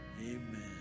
Amen